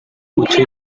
utzi